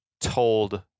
told